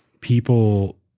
people